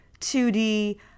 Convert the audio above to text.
2D